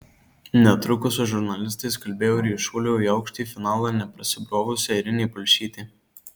netrukus su žurnalistais kalbėjo ir į šuolio į aukštį finalą neprasibrovusi airinė palšytė